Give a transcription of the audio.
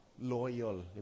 Loyal